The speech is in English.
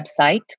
website